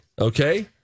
Okay